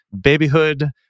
babyhood